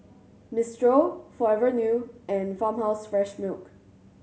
Mistral Forever New and Farmhouse Fresh Milk